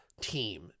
team